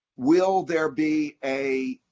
will there be a